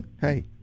Hey